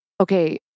Okay